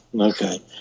Okay